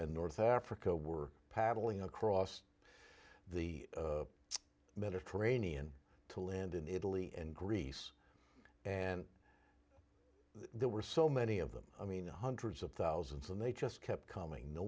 and north africa were paddling across the mediterranean to land in italy and greece and there were so many of them i mean hundreds of thousands and they just kept coming no